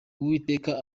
uwiteka